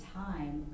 time